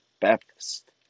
Baptist